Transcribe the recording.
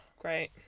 great